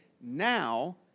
now